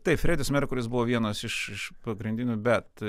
tai fredis merkuris buvo vienas iš iš pagrindinių bet